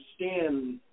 understand